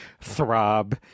throb